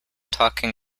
talking